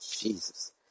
Jesus